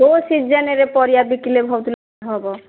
କେଉଁ ସିଜିନ୍ରେ ପରିବା ବିକିଲେ ବହୁତ ଲାଭ ହେବ